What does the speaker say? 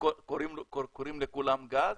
קוראים לכולם גז?